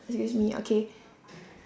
excuse me okay